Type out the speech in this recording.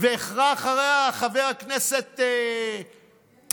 והחרה אחריה חבר הכנסת רוטמן,